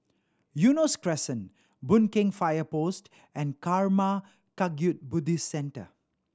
Eunos Crescent Boon Keng Fire Post and Karma Kagyud Buddhist Centre